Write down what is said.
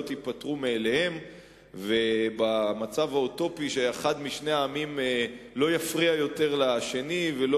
ייפתרו מאליהן ובמצב אוטופי אחד משני העמים לא יפריע יותר לשני ולא